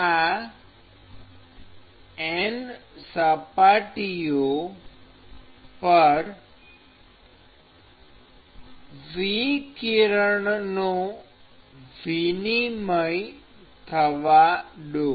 આ N સપાટીઓ પર વિકિરણનો વિનિમય થવા દો